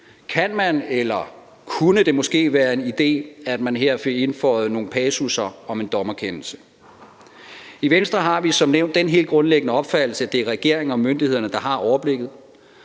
et forløb. Kunne det måske være en idé, at man her fik indføjet nogle passusser om en dommerkendelse? I Venstre har vi som nævnt den helt grundlæggende opfattelse, at det er regeringen og myndighederne, der har overblikket,